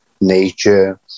nature